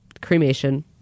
cremation